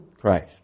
Christ